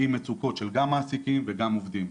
עם מצוקות של גם מעסיקים וגם עובדים.